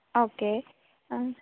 okay ആ